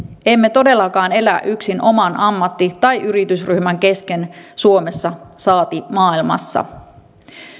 emme todellakaan elä yksin oman ammatti tai yritysryhmän kesken suomessa saati maailmassa